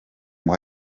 ngo